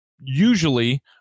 usually